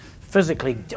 physically